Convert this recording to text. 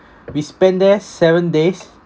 we spend there seven days